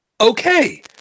Okay